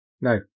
No